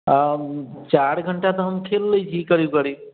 हम चारि घंटा तऽ हम खेल लै छी करीब करीब